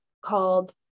called